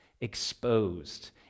exposed